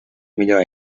millor